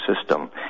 system